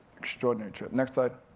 extraordinary trip, next slide.